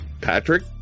Patrick